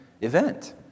event